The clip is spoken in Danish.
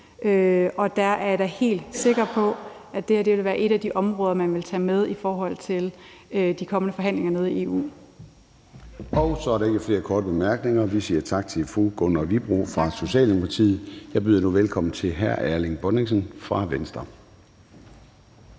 Der er jeg da helt sikker på, at det her vil være et af de områder, man vil tage med i de kommende forhandlinger nede i EU. Kl. 16:20 Formanden (Søren Gade): Så er der ikke flere korte bemærkninger. Vi siger tak til fru Gunvor Wibroe fra Socialdemokratiet. Jeg byder nu velkommen til hr. Erling Bonnesen fra Venstre.